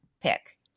pick